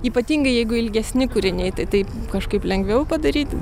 ypatingai jeigu ilgesni kūriniai tai taip kažkaip lengviau padaryt